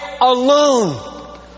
alone